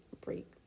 break